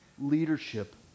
leadership